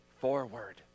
forward